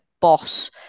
boss